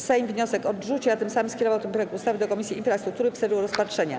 Sejm wniosek odrzucił, a tym samym skierował ten projekt ustawy do Komisji Infrastruktury w celu rozpatrzenia.